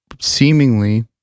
seemingly